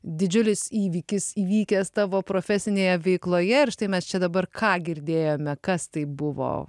didžiulis įvykis įvykęs tavo profesinėje veikloje ir štai mes čia dabar ką girdėjome kas tai buvo